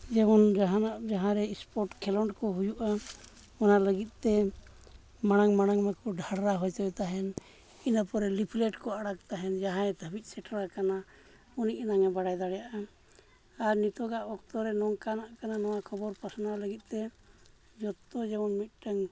ᱡᱮᱢᱚᱱ ᱡᱟᱦᱟᱱᱟᱜ ᱡᱟᱦᱟᱸᱨᱮ ᱥᱯᱳᱨᱴ ᱠᱷᱮᱞᱚᱸᱰ ᱠᱚ ᱦᱩᱭᱩᱜᱼᱟ ᱚᱱᱟ ᱞᱟᱹᱜᱤᱫ ᱛᱮ ᱢᱟᱲᱟᱝ ᱢᱟᱲᱟᱝ ᱢᱟᱠᱚ ᱰᱷᱟᱰᱨᱟ ᱦᱚᱪᱚᱭ ᱛᱟᱦᱮᱸᱫ ᱤᱱᱟᱹ ᱯᱚᱨᱮ ᱞᱤᱯᱷ ᱞᱮᱴ ᱠᱚ ᱟᱲᱟᱜ ᱛᱟᱦᱮᱸᱫ ᱡᱟᱦᱟᱸᱭ ᱫᱷᱟᱹᱵᱤᱡ ᱥᱮᱴᱮᱨ ᱠᱟᱱᱟ ᱩᱱᱤ ᱮᱱᱟᱝ ᱮ ᱵᱟᱲᱟᱭ ᱫᱟᱲᱮᱭᱟᱜᱼᱟ ᱟᱨ ᱱᱤᱛᱳᱜᱟᱜ ᱚᱠᱛᱚ ᱨᱮ ᱱᱚᱝᱠᱟᱱᱟᱜ ᱠᱟᱱᱟ ᱱᱚᱣᱟ ᱠᱷᱚᱵᱚᱨ ᱯᱟᱥᱱᱟᱣ ᱞᱟᱹᱜᱤᱫ ᱛᱮ ᱡᱚᱛᱚ ᱡᱮᱢᱚᱱ ᱢᱤᱫᱴᱟᱝ